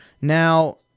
Now